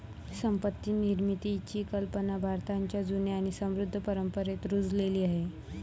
संपत्ती निर्मितीची कल्पना भारताच्या जुन्या आणि समृद्ध परंपरेत रुजलेली आहे